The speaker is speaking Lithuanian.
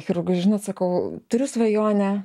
chirurgui žinot sakau turiu svajonę